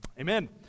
Amen